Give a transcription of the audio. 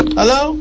hello